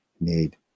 need